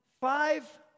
five